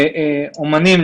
אמנים.